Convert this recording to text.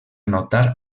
notar